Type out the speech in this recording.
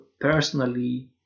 personally